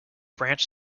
branch